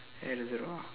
add a zero ah